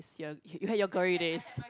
you're you had your glory days